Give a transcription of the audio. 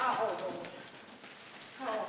oh oh